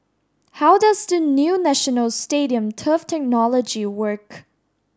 how does the new National Stadium turf technology work